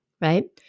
right